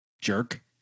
jerk